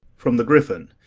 from the gryphon,